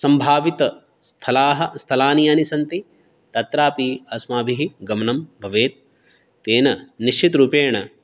सम्भावितस्थलाः स्थलानि यानि सन्ति तत्रापि अस्माभिः गमनं भवेत् तेन निश्चितरूपेण